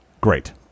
Great